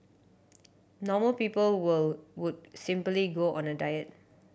normal people would simply go on a diet